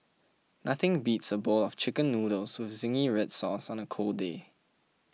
nothing beats a bowl of Chicken Noodles with Zingy Red Sauce on a cold day